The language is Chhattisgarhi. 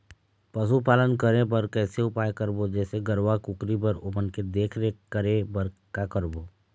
पशुपालन करें बर कैसे उपाय करबो, जैसे गरवा, कुकरी बर ओमन के देख देख रेख करें बर का करबो?